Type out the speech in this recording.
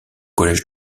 collège